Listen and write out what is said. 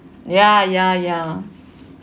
ya ya ya